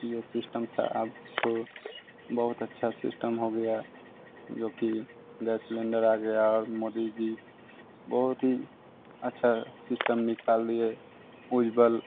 यह सिस्टम था अब तो बहुत अच्छा सिस्टम हो गया जो कि गैस सिलेंडर आ गया और मोदी जी बहुत ही अच्छा सिस्टम निकाल लिए उन बल